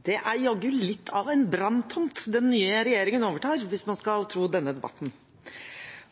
Det er jaggu litt av en branntomt den nye regjeringen overtar, hvis man skal tro denne debatten.